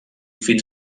fins